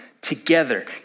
together